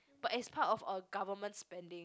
but it's part of our government's spending